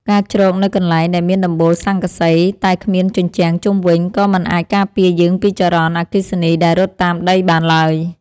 ការជ្រកនៅកន្លែងដែលមានដំបូលស័ង្កសីតែគ្មានជញ្ជាំងជុំវិញក៏មិនអាចការពារយើងពីចរន្តអគ្គិសនីដែលរត់តាមដីបានឡើយ។